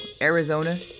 Arizona